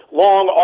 long